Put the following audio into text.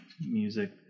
music